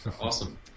Awesome